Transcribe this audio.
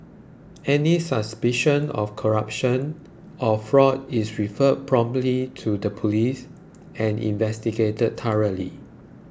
any suspicion of corruption or fraud is referred promptly to the police and investigated thoroughly